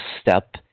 step